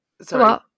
Sorry